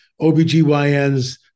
OBGYNs